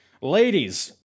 ladies